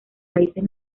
raíces